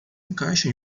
encaixa